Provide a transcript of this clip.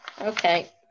Okay